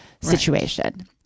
situation